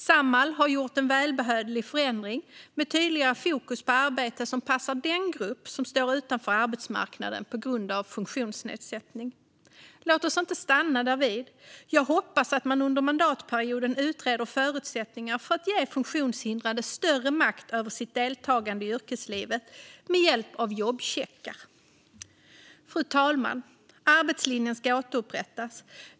Samhall har nu gjort en välbehövlig förändring med tydligare fokus på arbete som passar den grupp som står utanför arbetsmarknaden på grund av funktionsnedsättning. Låt oss inte stanna därvid. Jag hoppas att man under mandatperioden utreder förutsättningar för att ge funktionshindrade större makt över sitt deltagande i yrkeslivet med hjälp av jobbcheckar. Fru talman! Arbetslinjen ska återupprättas.